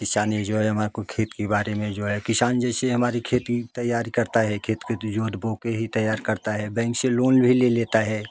किसानी जो है हम आपको खेत के बारे में जो है किसान जैसे हमारे खेती तैयार करता है खेत के तो जोत बो के ही तैयार करता है बैंक से लोन भी ले लेता है